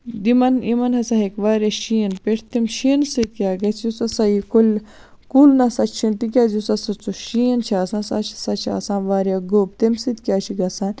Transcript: دِمَن یِمَن ہَسا ہیٚکہِ واریاہ شیٖن پٮ۪تھ تِم شیٖنہِ سۭتۍ کیاہ گَژھِ یُس ہَسا یہِ کُلۍ کُل نَسا چھِنہٕ تکیاز یُس ہَسا شیٖن چھُ آسان سُہ ہَسا چھُ آسان واریاہ گوٚب تمہِ سۭتۍ کیاہ چھُ گَژھان